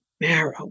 marrow